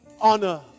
honor